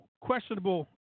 questionable